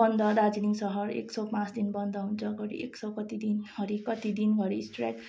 बन्द दार्जिलिङ सहर एक सौ पाँच दिन बन्द हुन्छ घरि एक सौ कति दिन घरि कति दिन घरि स्ट्र्याइक